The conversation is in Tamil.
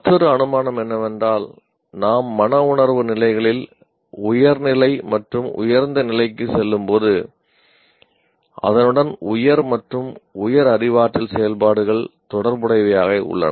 மற்றொரு அனுமானம் என்னவென்றால் நாம் மனவுணர்வு நிலைகளில் உயர் நிலை மற்றும் உயர்ந்த நிலைக்கு செல்லும்போது அதனுடன் உயர் மற்றும் உயர் அறிவாற்றல் செயல்பாடுகள் தொடர்புடையவையாக உள்ளன